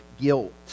guilt